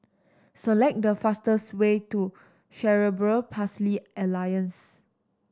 select the fastest way to Cerebral Palsy Alliance